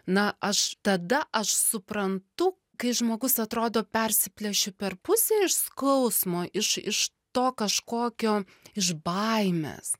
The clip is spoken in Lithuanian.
na aš tada aš suprantu kai žmogus atrodo persiplėšiu per pusę iš skausmo iš iš to kažkokio iš baimės